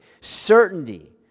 certainty